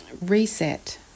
reset